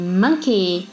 monkey